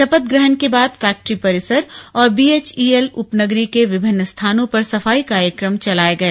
शपथ ग्रहण के बाद फैक्ट्री परिसर और बीएचईएल उपनगरी के विभिन्न स्थानों पर सफाई कार्यक्रम चलाए गए